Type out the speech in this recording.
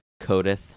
Codeth